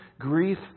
grief